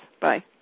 Bye